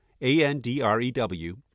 A-N-D-R-E-W